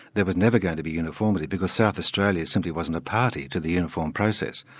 there was never going to be uniformity, because south australia simply wasn't a party to the uniform process.